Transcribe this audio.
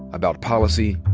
about policy,